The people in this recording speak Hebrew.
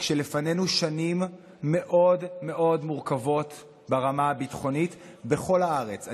כשלפנינו שנים מאוד מאוד מורכבות ברמה הביטחונית בכל הארץ.